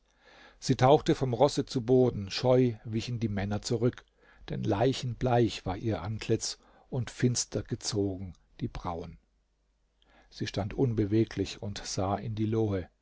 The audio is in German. sie tauchte vom rosse zu boden scheu wichen die männer zurück denn leichenbleich war ihr antlitz und finster gezogen die brauen sie stand unbeweglich und sah in die lohe